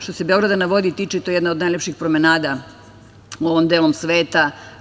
Što se „Beograda na vodi“ tiče, to je jedna od najlepših promenada u ovom delu sveta.